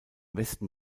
westen